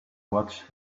watch